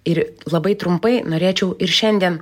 ir labai trumpai norėčiau ir šiandien